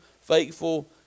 faithful